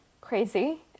crazy